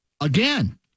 Again